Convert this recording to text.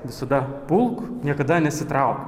visada pulk niekada nesitrauk